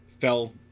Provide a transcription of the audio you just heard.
fell